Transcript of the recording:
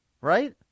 Right